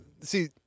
See